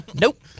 nope